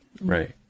right